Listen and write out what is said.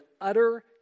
utter